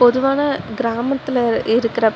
பொதுவான கிராமத்தில் இருக்கிற